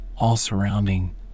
all-surrounding